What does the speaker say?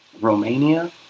Romania